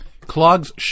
clogs